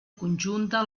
conjunta